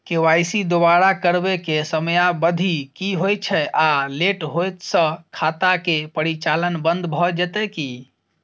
KYC दोबारा करबै के समयावधि की होय छै आ लेट होय स खाता के परिचालन बन्द भ जेतै की?